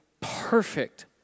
perfect